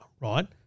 right –